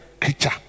creature